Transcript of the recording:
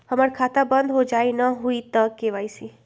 हमर खाता बंद होजाई न हुई त के.वाई.सी?